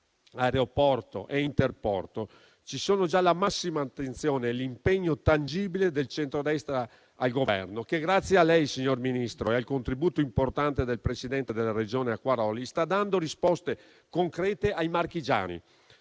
aeroporto e interporto) ci sono già la massima attenzione e l'impegno tangibile del centrodestra al governo, che grazie a lei, signor Ministro, e al contributo importante del presidente della Regione Acquaroli, sta dando risposte concrete ai marchigiani: